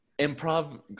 improv